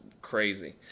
crazy